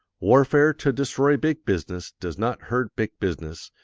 warfare to destroy big business does not hurt big business,